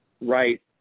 right